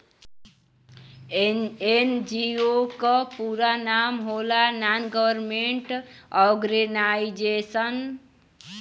NGO क पूरा नाम होला नान गवर्नमेंट और्गेनाइजेशन